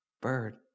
Bird